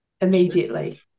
Immediately